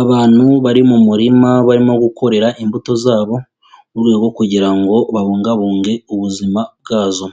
Abantu bari mu murima barimo gukorera imbuto zabo, mu rwego kugira ngo babungabunge ubuzima bwazo,